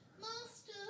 Master